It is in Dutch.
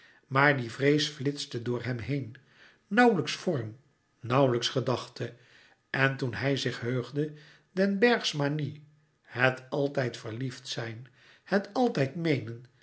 maar die vrees flitste door hem heen nauwlijks vorm nauwlijks gedachte en toen hij zich heugde den berghs manie het altijd verliefd zijn het altijd meenen